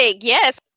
Yes